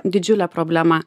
didžiulė problema